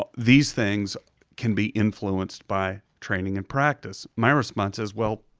ah these things can be influenced by training and practice. my response is well,